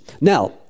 Now